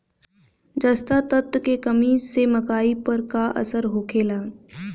जस्ता तत्व के कमी से मकई पर का असर होखेला?